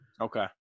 Okay